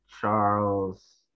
Charles